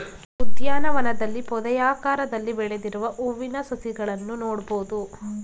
ಉದ್ಯಾನವನದಲ್ಲಿ ಪೊದೆಯಾಕಾರದಲ್ಲಿ ಬೆಳೆದಿರುವ ಹೂವಿನ ಸಸಿಗಳನ್ನು ನೋಡ್ಬೋದು